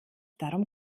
darum